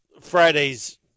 Friday's